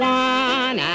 one